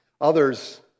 Others